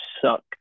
suck